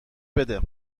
بده